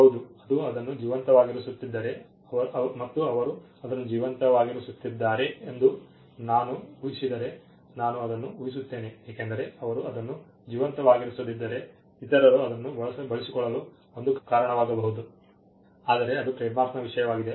ಹೌದು ಅದು ಅದನ್ನು ಜೀವಂತವಾಗಿರಿಸುತ್ತಿದ್ದರೆ ಮತ್ತು ಅವರು ಅದನ್ನು ಜೀವಂತವಾಗಿರಿಸುತ್ತಿದ್ದಾರೆ ಎಂದು ನಾನು ಉಹಿಸಿದರೆ ನಾನು ಅದನ್ನು ಉಹಿಸುತ್ತೇನೆ ಏಕೆಂದರೆ ಅವರು ಅದನ್ನು ಜೀವಂತವಾಗಿರಿಸದಿದ್ದರೆ ಇತರರು ಅದನ್ನು ಬಳಸಿಕೊಳ್ಳಲು ಒಂದು ಕಾರಣವಿರಬಹುದು ಆದರೆ ಅದು ಟ್ರೇಡ್ಮಾರ್ಕ್ನ ವಿಷಯವಾಗಿದೆ